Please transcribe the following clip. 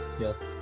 Yes